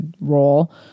role